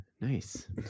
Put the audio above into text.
nice